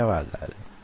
ధన్యవాదాలు